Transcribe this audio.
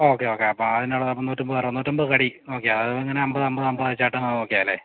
okay okay അപ്പോൾ അതിനുള്ള നൂറ്റമ്പത് ഒരുനൂറ്റമ്പത് കടി ഓക്കെ അതിങ്ങനെ അമ്പത് അമ്പത് അമ്പതായിട്ട് വെച്ചാൽ ഓക്കെ ആണല്ലേ